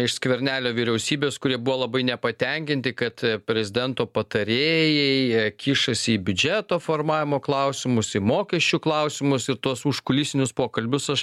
iš skvernelio vyriausybės kurie buvo labai nepatenkinti kad prezidento patarėjai kišasi į biudžeto formavimo klausimus į mokesčių klausimus ir tuos užkulisinius pokalbius aš